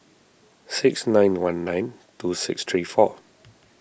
six nine one nine two six three four